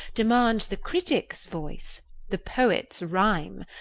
demands the critic's voice the poet's rhyme.